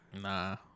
nah